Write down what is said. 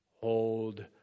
hold